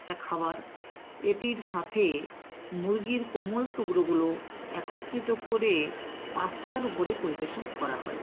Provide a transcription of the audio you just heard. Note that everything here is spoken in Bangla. একটা খাওয়ার এটির সাথে মুরগির কোমল টুগরোগুলো একত্রিত করে পাস্তার ওপরে পরিবেশন করা হয়